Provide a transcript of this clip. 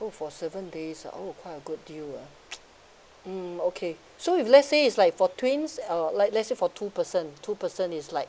oh for seven days ah oh quite a good deal ah hmm okay so if let's say is like for twins uh l~ let's say for two person two person is like